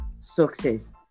success